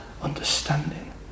understanding